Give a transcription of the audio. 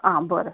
आं बरें